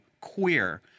queer